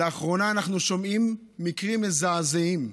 לאחרונה אנחנו שומעים על מקרים מזעזעים,